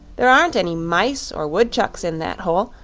there aren't any mice or woodchucks in that hole,